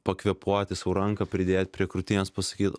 pakvėpuoti sau ranką pridėt prie krūtinės pasakyt